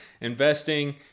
Investing